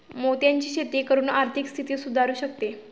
मोत्यांची शेती करून आर्थिक स्थिती सुधारु शकते